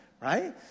right